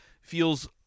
feels